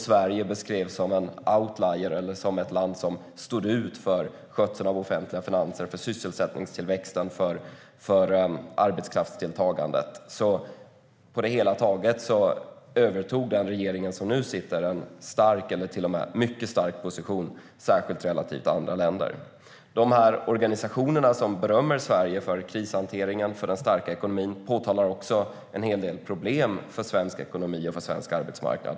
Sverige beskrevs som en outlier eller som ett land som stod ut för skötseln av offentliga finanser, för sysselsättningstillväxten och för arbetskraftsdeltagandet. På det hela taget övertog den regering som nu sitter en stark eller till och med mycket stark position, särskilt relativt andra länder. De organisationer som berömmer Sverige för krishanteringen och för den starka ekonomin påtalar också en hel del problem för svensk ekonomi och för svensk arbetsmarknad.